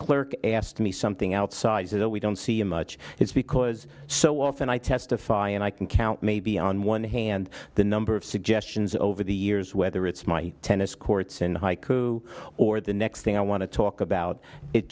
clerk asked me something outside that we don't see a much it's because so often i testify and i can count maybe on one hand the number of suggestions over the years whether it's my tennis courts in haiku or the next thing i want to talk about it